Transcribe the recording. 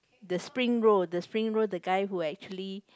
the spring roll the spring roll the guy who actually